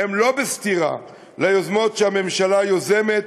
הן לא בסתירה ליוזמות שהממשלה יוזמת.